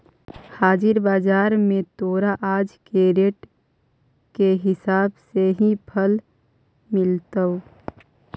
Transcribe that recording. हाजिर बाजार में तोरा आज के रेट के हिसाब से ही फल मिलतवऽ